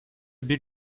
bir